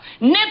nip